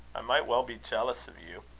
i might well be jealous of you.